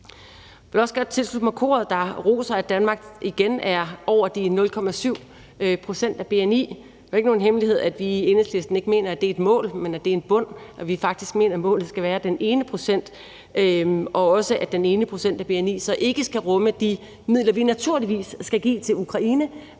Jeg vil også godt tilslutte mig koret, der roser, at Danmark igen er over 0,7 pct. af bni. Det er jo ikke nogen hemmelighed, at vi i Enhedslisten ikke mener, at det er et mål, men at det er en bund. Vi mener faktisk, at målet skal være 1 pct., og også, at den ene procent af bni så ikke skal rumme de midler, vi naturligvis skal give til Ukraine,